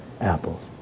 apples